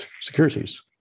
securities